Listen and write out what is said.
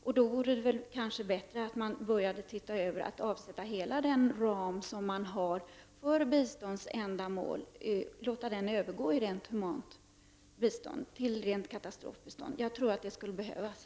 Kanske är det då bättre att låta de medel som finns avsatta inom ramen för biståndsändamål fullt ut användas för humanitärt bistånd, rent katastrofbistånd. Jag tror att det är nödvändigt.